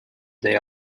they